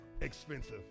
expensive